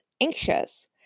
anxious